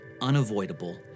unavoidable